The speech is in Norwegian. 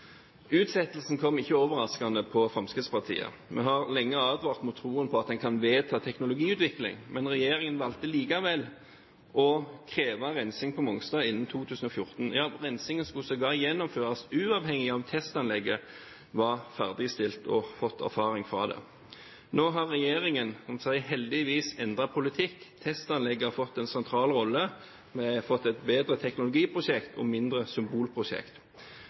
Utsettelsen kom ikke overraskende på Fremskrittspartiet. Vi har lenge advart mot troen på at en kan vedta teknologiutvikling. Men regjeringen valgte likevel å kreve rensing på Mongstad innen 2014. Ja, rensingen skulle sågar gjennomføres uavhengig av om testanlegget var ferdigstilt og en hadde fått erfaring fra det. Nå har regjeringen heldigvis endret politikk. Testanlegget har fått en sentral rolle. Vi har fått et bedre teknologiprosjekt og i mindre grad et symbolprosjekt.